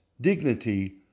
dignity